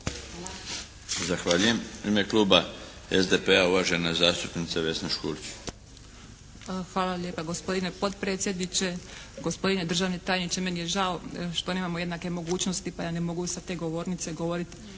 (HDZ)** Zahvaljujem. U ime kluba SDP-a uvažena zastupnica Vesna Škulić. **Škulić, Vesna (SDP)** Hvala lijepa gospodine potpredsjedniče, gospodine državni tajniče meni je žao što nemamo jednake mogućnosti pa ja ne mogu sa te govornice govoriti